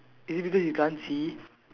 is it because you can't see